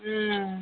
হুম